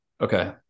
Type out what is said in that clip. Okay